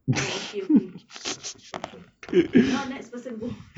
oh okay okay okay okay now next person go